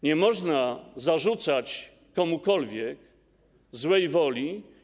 Nie można zarzucać komukolwiek złej woli.